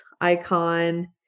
icon